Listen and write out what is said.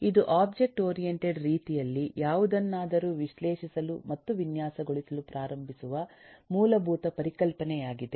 ಇದು object oriented ರೀತಿಯಲ್ಲಿ ಯಾವುದನ್ನಾದರೂ ವಿಶ್ಲೇಷಿಸಲು ಮತ್ತು ವಿನ್ಯಾಸಗೊಳಿಸಲು ಪ್ರಾರಂಭಿಸುವ ಮೂಲಭೂತ ಪರಿಕಲ್ಪನೆಯಾಗಿದೆ